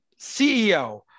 CEO